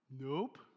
nope